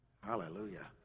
Hallelujah